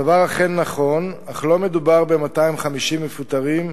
הדבר אכן נכון, אך לא מדובר ב-250 מפוטרים,